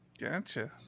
Gotcha